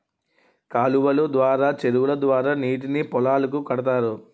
కాలువలు ద్వారా చెరువుల ద్వారా నీటిని పొలాలకు కడతారు